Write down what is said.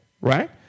right